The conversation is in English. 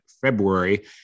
February